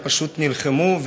הם פשוט נלחמו,